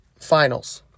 Finals